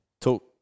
talk